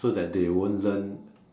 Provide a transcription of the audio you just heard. so that they won't learn